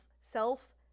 self